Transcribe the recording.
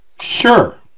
Sure